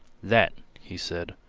that, he said,